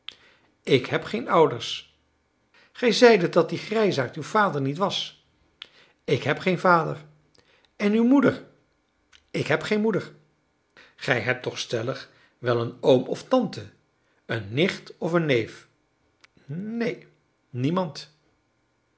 ik heb geen ouders gij zeidet dat die grijsaard uw vader niet was ik heb geen vader en uw moeder ik heb geen moeder gij hebt toch stellig wel een oom of tante een nicht of neef neen niemand